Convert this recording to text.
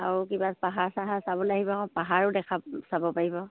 আৰু কিবা পাহাৰ চাহাৰ চাব লাগিব আকৌ পাহাৰো দেখাম চাব পাৰিব